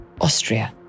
Austria